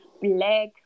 black